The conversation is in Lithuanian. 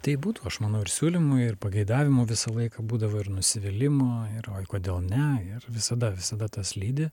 tai būtų aš manau ir siūlymų ir pageidavimų visą laiką būdavo ir nusivylimo ir oi kodėl ne ir visada visada tas lydi